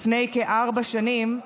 לפני כארבע שנים,